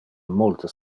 multe